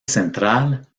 central